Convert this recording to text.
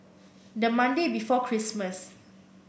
the Monday before Christmas